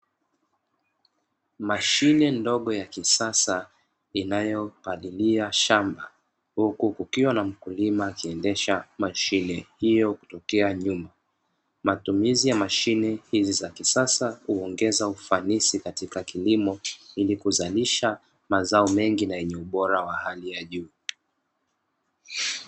Mashine ndogo ya kisasa inayopalilia shamba, huku kukiwa na mkulima akiendesha mashine hiyo kutokea nyuma. Matumizi ya mashine hizi za kisasa huongeza ufanisi katika kilimo, ili kuzalisha mazao mengi na yenye ubora wa hali ya juu.